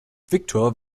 viktor